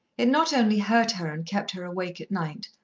it not only hurt her and kept her awake at night,